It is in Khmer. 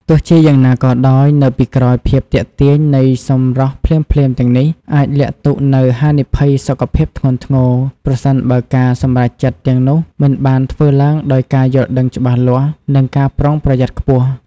ទោះជាយ៉ាងណាក៏ដោយ នៅពីក្រោយភាពទាក់ទាញនៃសម្រស់ភ្លាមៗទាំងនេះ អាចលាក់ទុកនូវហានិភ័យសុខភាពធ្ងន់ធ្ងរ ប្រសិនបើការសម្រេចចិត្តទាំងនោះមិនបានធ្វើឡើងដោយការយល់ដឹងច្បាស់លាស់ និងការប្រុងប្រយ័ត្នខ្ពស់។